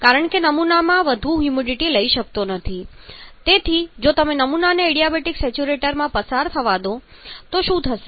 કારણ કે નમૂના વધુ હ્યુમિડિટી લઈ શકતો નથી તેથી જો તમે નમૂનાને એડીયાબેટિક સેચ્યુરેટરમાંથી પસાર થવા દો તો શું થશે